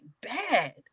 bad